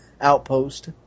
outpost